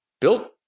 built